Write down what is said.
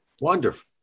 Wonderful